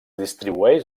distribueix